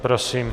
Prosím.